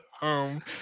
home